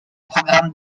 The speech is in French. programme